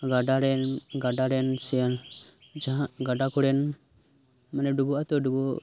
ᱜᱟᱰᱟᱨᱮᱱ ᱜᱟᱰᱟᱨᱮᱱ ᱥᱮᱱ ᱡᱟᱦᱟᱸ ᱜᱟᱰᱟ ᱠᱚᱨᱮᱱ ᱢᱟᱱᱮ ᱰᱩᱵᱟᱹᱜᱼᱟ ᱛᱚ ᱰᱩᱵᱟᱹ